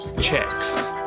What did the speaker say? checks